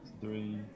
three